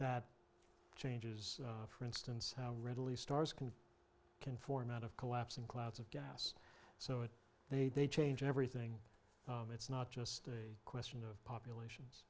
that changes for instance how readily stars can conform out of collapsing clouds of gas so it they they change everything it's not just a question of population